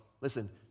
Listen